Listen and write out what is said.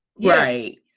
Right